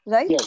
Right